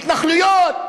התנחלויות.